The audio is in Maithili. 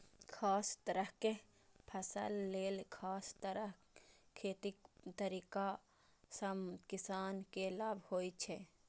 खास तरहक फसल लेल खास तरह खेतीक तरीका सं किसान के लाभ होइ छै